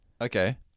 Okay